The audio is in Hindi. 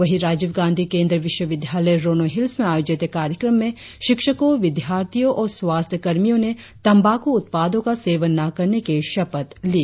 वही राजीव गांधी केंद्र विश्वविद्यालय रोनो हिल्स में आयोजित कार्यक्रम में शिक्षको विद्यार्थियों और स्वास्थ्य कर्मचारियों ने तंबाक्र उत्पादो का सेवन न करने की शपथ ली